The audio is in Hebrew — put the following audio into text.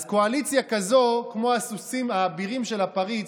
אז קואליציה כזאת, כמו הסוסים האבירים של הפריץ,